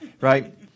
right